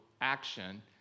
action